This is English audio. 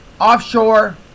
offshore